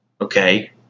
Okay